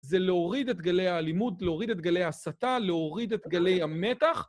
זה להוריד את גלי האלימות, להוריד את גלי ההסתה, להוריד את גלי המתח